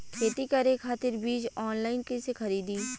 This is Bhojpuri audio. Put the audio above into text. खेती करे खातिर बीज ऑनलाइन कइसे खरीदी?